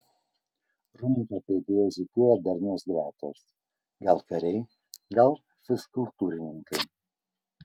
rūmų papėdėje žygiuoja darnios gretos gal kariai gal fizkultūrininkai